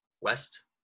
west